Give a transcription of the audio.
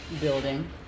building